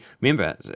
remember